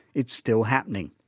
it's still happening.